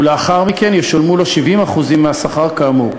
ולאחר מכן ישולמו לו 70% מהשכר, כאמור.